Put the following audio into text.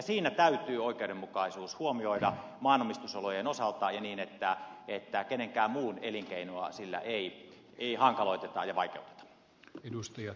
siinä täytyy oikeudenmukaisuus huomioida maanomistusolojen osalta ja niin että kenenkään muun elinkeinoa sillä ei hankaloiteta ja vaikeuteta